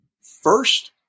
first